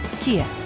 Kia